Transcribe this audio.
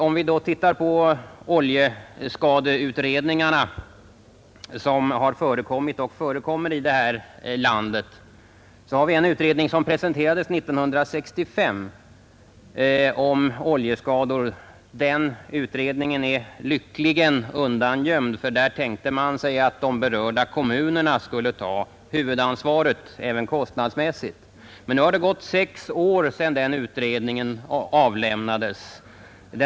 Om vi då tittar på de oljeskadeutredningar som har förekommit och förekommer här i landet, finner vi en utredning om oljeskador som presenterades 1965. Den utredningen är lyckligen undangömd, för där tänkte man sig att de berörda kommunerna skulle ta huvudansvaret även kostnadsmässigt. Men nu har det gått sex år sedan den utredningen avlämnade sitt betänkande.